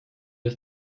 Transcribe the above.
ist